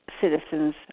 citizens